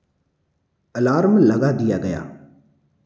alarm लगा दिया गया